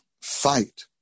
fight